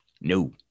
no